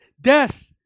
death